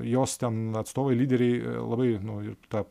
jos ten atstovai lyderiai labai nu ir ta